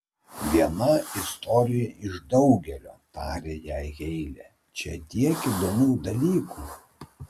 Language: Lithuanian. viena istorija iš daugelio tarė jai heile čia tiek įdomių dalykų